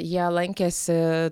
jie lankėsi